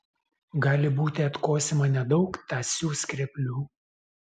gali būti atkosima nedaug tąsių skreplių